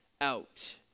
out